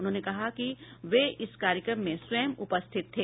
उन्होंने कहा कि वे उस कार्यक्रम में स्वयं उपस्थित थे